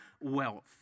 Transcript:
wealth